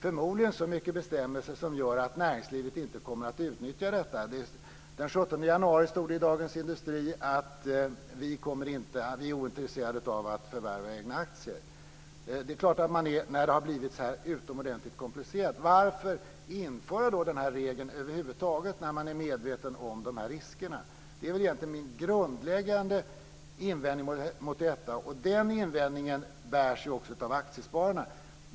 Förmodligen är det så många bestämmelser att det gör att näringslivet inte kommer att utnyttja detta. Den 17 januari stod det i Dagens Industri: Vi är ointresserade av att förvärva egna aktier. Det är klart att man är det när det har blivit så här utomordentligt komplicerat. Varför då införa den här regeln över huvud taget, när man är medveten om riskerna? Det är egentligen min grundläggande invändning mot detta. Den invändningen bärs också av Aktiespararna.